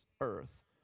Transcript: earth